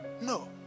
No